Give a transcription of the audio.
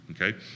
Okay